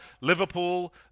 Liverpool